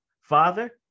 Father